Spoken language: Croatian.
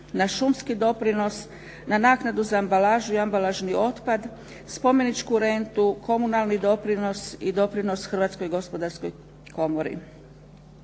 na šumski doprinos, na naknadu za ambalažu i ambalažni otpad, spomeničku rentu, komunalni doprinos i doprinos Hrvatskoj gospodarskoj komori.